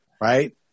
right